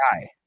guy